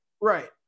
Right